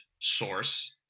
source